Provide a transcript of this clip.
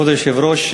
כבוד היושב-ראש,